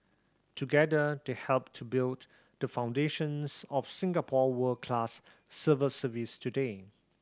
together they helped to build the foundations of Singapore world class civil service today